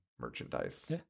merchandise